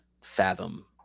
fathom